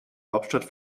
hauptstadt